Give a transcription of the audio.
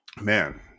Man